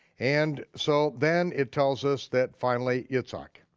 and so then it tells us that finally yitzhak,